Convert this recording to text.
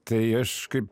tai aš kaip